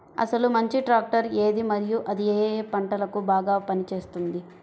అసలు మంచి ట్రాక్టర్ ఏది మరియు అది ఏ ఏ పంటలకు బాగా పని చేస్తుంది?